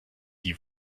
die